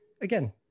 again